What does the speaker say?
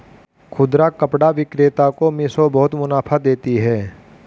खुदरा कपड़ा विक्रेता को मिशो बहुत मुनाफा देती है